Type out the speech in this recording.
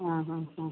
ആ ആ ആ